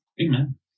Amen